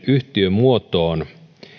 yhtiömuotoon